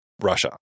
Russia